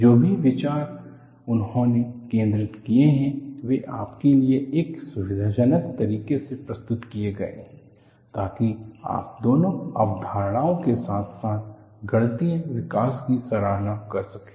जो भी विचार उन्होंने केंद्रित किए हैं वे आपके लिए एक सुविधाजनक तरीके से प्रस्तुत किए गए हैं ताकि आप दोनों अवधारणाओं के साथ साथ गणितीय विकास की सराहना कर सकें